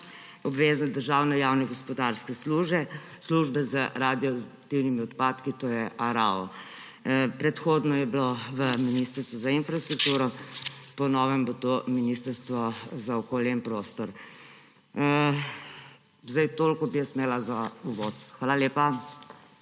obvezne državne javne gospodarske službe z radioaktivnimi odpadki, to je ARAO. Predhodno je bilo to Ministrstvo za infrastrukturo, po novem bo to Ministrstvo za okolje in prostor. Toliko bi jaz imela za uvod. Hvala lepa.